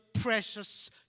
precious